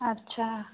अच्छा